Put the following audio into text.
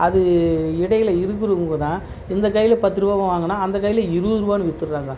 அது இடையில் இருக்கிறவங்க தான் இந்த கையில் பத்து ரூபாவுக்கு வாங்கினா அந்த கையில் இருபது ரூபான்னு வித்துடுறாங்க